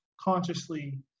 consciously